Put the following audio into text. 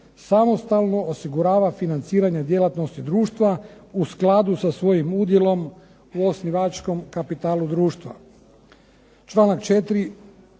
samostalno osigurava financiranje djelatnosti društva u skladu sa svojim udjelom u osnivačkom kapitalu društva. Članak 4.,